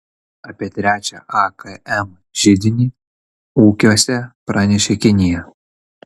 apie trečią akm židinį ūkiuose pranešė kinija